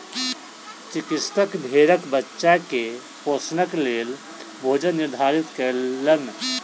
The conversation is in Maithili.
चिकित्सक भेड़क बच्चा के पोषणक लेल भोजन निर्धारित कयलैन